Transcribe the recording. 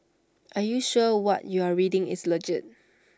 are you sure what you're reading is legit